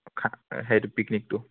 খা সেইটো পিকনিকটো